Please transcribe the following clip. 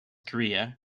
korea